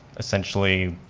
essentially,